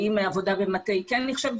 האם עבודה במטה כן נחשבת,